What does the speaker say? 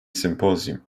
symposium